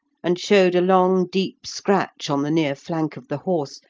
and showed a long deep scratch on the near flank of the horse,